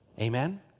Amen